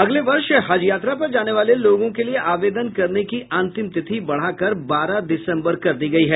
अगले वर्ष हज यात्रा पर जाने वाले लोगों के लिये आवेदन करने की अंतिम तिथि बढ़ाकर बारह दिसम्बर कर दी गयी है